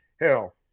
Hell